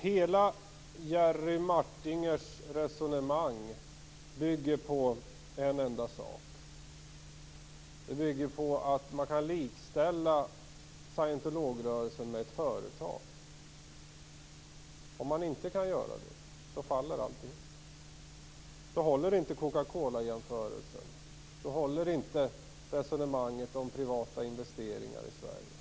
Hela Jerry Martingers resonemang bygger på en enda sak, nämligen att det går att likställa scientoligrörelsen med ett företag. Om det inte går, faller allt. Då håller inte Coca-Cola-jämförelsen. Då håller inte resonemanget om privata investeringar i Sverige.